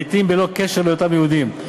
לעתים בלא קשר להיותם יהודים.